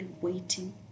waiting